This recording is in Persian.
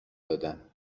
دادم